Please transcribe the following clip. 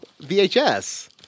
VHS